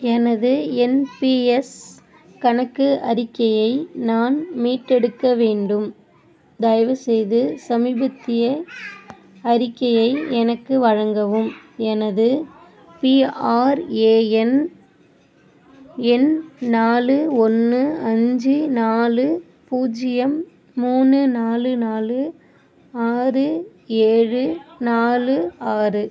எனது என் பிஎஸ் கணக்கு அறிக்கையை நான் மீட்டெடுக்க வேண்டும் தயவுசெய்து சமீபத்திய அறிக்கையை எனக்கு வழங்கவும் எனது பிஆர்ஏஎன் எண் நாலு ஒன்று அஞ்சு நாலு பூஜ்ஜியம் மூணு நாலு நாலு ஆறு ஏழு நாலு ஆறு